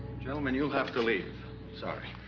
gentlemen, you'll have to leave sorry